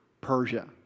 Persia